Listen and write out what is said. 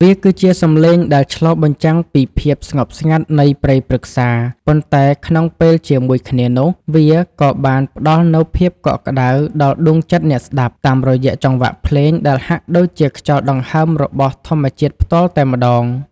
វាគឺជាសម្លេងដែលឆ្លុះបញ្ចាំងពីភាពស្ងប់ស្ងាត់នៃព្រៃព្រឹក្សា ប៉ុន្តែក្នុងពេលជាមួយគ្នានោះ វាក៏បានផ្តល់នូវភាពកក់ក្តៅដល់ដួងចិត្តអ្នកស្តាប់ តាមរយៈចង្វាក់ភ្លេងដែលហាក់ដូចជាខ្យល់ដង្ហើមរបស់ធម្មជាតិផ្ទាល់តែម្តង។